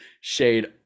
shade